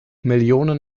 millionen